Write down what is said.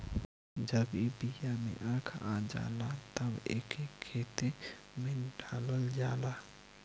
जब ई बिया में आँख आ जाला तब एके खेते में डालल जाला